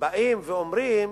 באים ואומרים